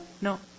No